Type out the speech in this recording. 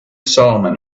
salem